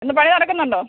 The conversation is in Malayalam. ഇന്ന് പണി നടക്കുന്നുണ്ടോ